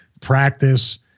practice